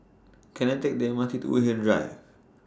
Can I Take The M R T to Woodhaven Drive